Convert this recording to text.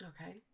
Okay